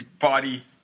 body